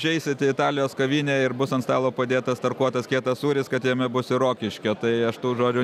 užeisit į italijos kavinę ir bus ant stalo padėtas tarkuotas kietas sūris kad jame bus ir rokiškio tai aš tų žodžių